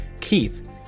Keith